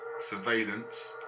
Surveillance